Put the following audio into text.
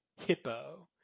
hippo